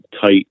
tight